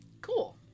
cool